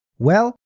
well,